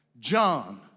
John